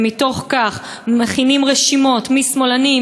ומתוך כך מכינים רשימות מי שמאלני,